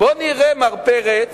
מר פרץ,